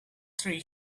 three